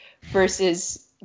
versus